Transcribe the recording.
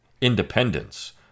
independence